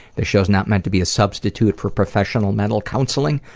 this show's not meant to be a substitute for professional mental counseling.